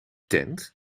tent